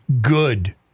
good